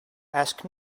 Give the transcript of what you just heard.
ask